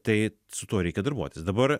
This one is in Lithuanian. tai su tuo reikia darbuotis dabar